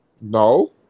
no